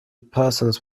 persons